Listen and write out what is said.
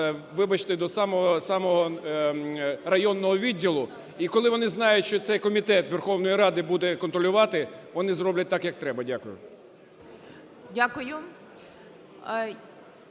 вибачте, до самого, самого районного відділу. І коли вони знають, що цей комітет Верховної Ради буде контролювати, вони зроблять так, як треба. Дякую.